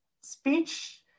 Speech